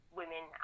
women